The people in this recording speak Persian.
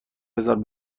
بزار